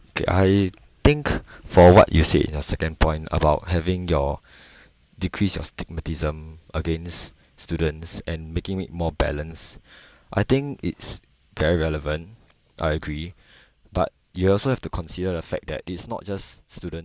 okay I think for what you said in your second point about having your decrease your stigmatism against students and making it more balanced I think it's very relevant I agree but you also have to consider the fact that it's not just students